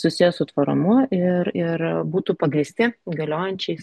susiję su tvarumu ir ir būtų pagrįsti galiojančiais